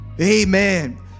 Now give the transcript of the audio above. Amen